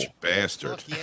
Bastard